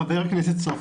חבר הכנסת סופר,